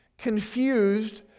confused